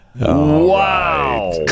Wow